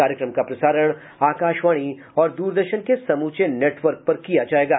कार्यक्रम का प्रसारण आकाशवाणी और द्रदर्शन के समूचे नेटवर्क पर किया जाएगा